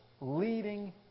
leading